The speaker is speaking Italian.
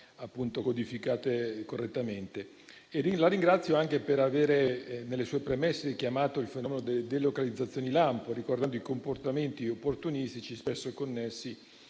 verranno codificate correttamente. La ringrazio altresì per avere richiamato nelle sue premesse il fenomeno delle delocalizzazioni lampo, ricordando i comportamenti opportunistici spesso connessi